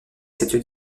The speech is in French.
cette